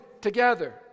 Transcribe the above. together